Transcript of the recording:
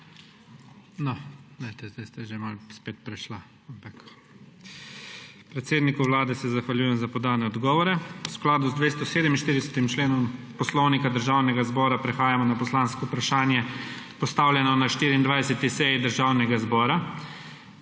zdaj ste že malo spet prešli, ampak … Predsedniku Vlade se zahvaljujem za podane odgovore. V skladu z 247. členom Poslovnika Državnega zbora prehajamo na poslansko vprašanje, postavljeno na 24. seji Državnega zbora.